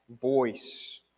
voice